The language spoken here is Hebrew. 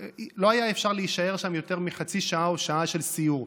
לא היה אפשר להישאר שם יותר מחצי שעה או שעה של סיור.